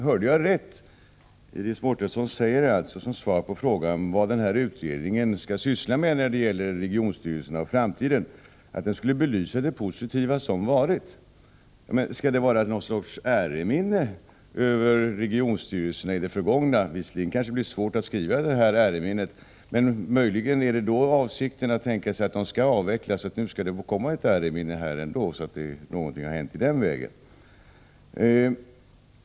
Herr talman! Hörde jag rätt? Iris Mårtensson säger som svar på frågan om vad den här utredningen skall syssla med när det gäller regionstyrelserna och framtiden att den skulle belysa det positiva som varit. Skulle det vara någon sorts äreminne över regionstyrelserna i det förgångna? Visserligen kanske det blir svårt att skriva äreminnet, men man kan möjligen tänka sig att avsikten är att regionstyrelserna skall avvecklas och att det därför skulle få komma ett äreminne, så att någonting har hänt i den vägen.